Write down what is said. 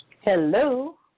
Hello